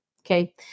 Okay